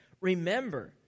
Remember